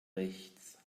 rechts